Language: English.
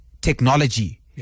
technology